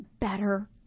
better